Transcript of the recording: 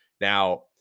Now